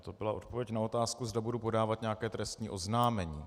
To byla odpověď na otázku, zda budu podávat nějaké trestní oznámení.